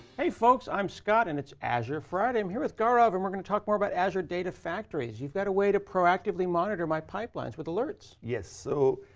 hey, folks. i'm scott, and it's azure friday. i'm here with gaurav and we're going to talk more about azure data factory. you've got a way to proactively monitor my pipelines with alerts. yes. so,